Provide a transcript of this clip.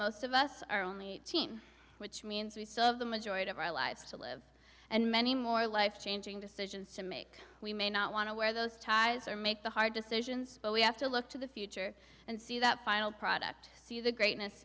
most of us are only eighteen which means we serve the majority of our lives to live and many more life changing decisions to make we may not want to wear those ties or make the hard decisions but we have to look to the future and see that final product see the greatness